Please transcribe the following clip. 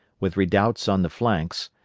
with redoubts on the flanks,